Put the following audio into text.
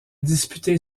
disputé